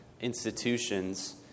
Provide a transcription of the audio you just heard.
institutions